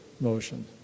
motion